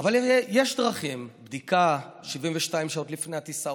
אבל יש דרכים: בדיקה 72 שעות לפני הטיסה,